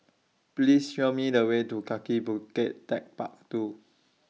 Please Show Me The Way to Kaki Bukit Techpark two